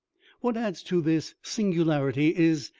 what adds to this singularity is,